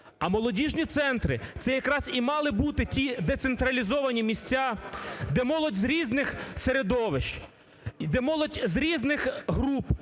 А молодіжні центри – це як раз і мали бути ті децентралізовані місця, де молодь з різних середовищ, де молодь з різних груп